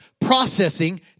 processing